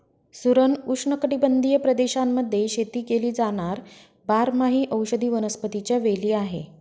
सुरण उष्णकटिबंधीय प्रदेशांमध्ये शेती केली जाणार बारमाही औषधी वनस्पतीच्या वेली आहे